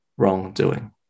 wrongdoing